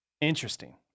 interesting